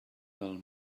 del